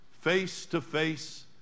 face-to-face